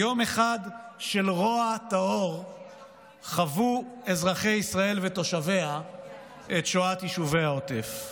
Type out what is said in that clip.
ליום אחד של רוע טהור חוו אזרחי ישראל ותושביה את שואת יישובי העוטף.